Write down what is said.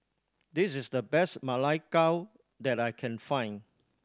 this is the best Ma Lai Gao that I can find